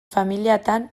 familiatan